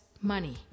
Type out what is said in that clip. Money